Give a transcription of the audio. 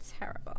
terrible